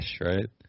right